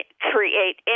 create